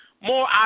more